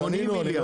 80 מיליון.